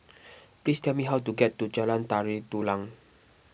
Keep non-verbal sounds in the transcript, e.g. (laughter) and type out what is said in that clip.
(noise) please tell me how to get to Jalan Tari Dulang